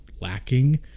lacking